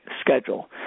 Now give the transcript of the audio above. schedule